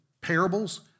parables